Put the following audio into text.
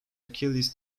achilles